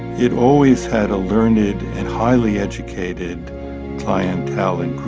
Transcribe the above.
it always had a learned and highly educated clientele and group